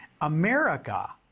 America